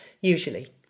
usually